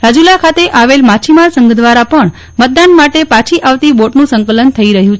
રાજુલા ખાતે આવેલા માછીમાર સંઘ દ્વારા પણ મતદાન માટે પાછી આવતી બોટનું સંકલન થઇ રહ્યું છે